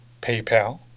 PayPal